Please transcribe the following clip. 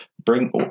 Bring